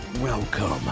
Welcome